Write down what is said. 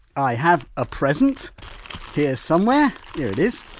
i have a present here somewhere here it is.